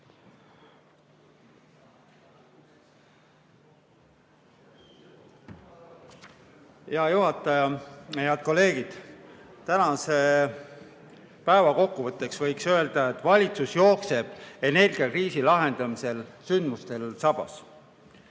Hea juhataja! Head kolleegid! Tänase päeva kokkuvõtteks võiks öelda, et valitsus jookseb energiakriisi lahendamisel sündmustel sabas.